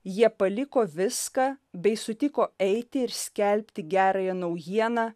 jie paliko viską bei sutiko eiti ir skelbti gerąją naujieną